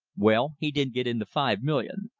well, he didn't get in the five million.